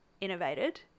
innovated